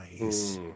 nice